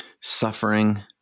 suffering